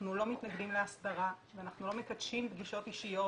אנחנו לא מתנגדים להסדרה ואנחנו לא מקדשים פגישות אישיות,